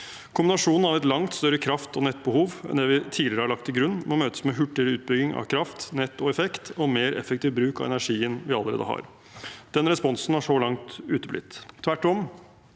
Kombinasjonen av et langt større kraft- og nettbehov enn det vi tidligere har lagt til grunn, må møtes med hurtigere utbygging av kraft, nett og effekt og mer effektiv bruk av energien vi allerede har. Den responsen har så langt uteblitt.